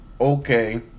Okay